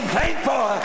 thankful